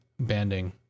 banding